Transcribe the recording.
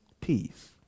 peace